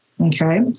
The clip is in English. Okay